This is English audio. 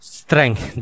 strength